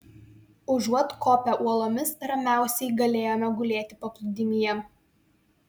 užuot kopę uolomis ramiausiai galėjome gulėti paplūdimyje